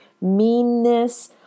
meanness